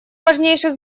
важнейших